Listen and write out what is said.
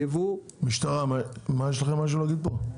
משטרה יש לכם משהו להגיד פה?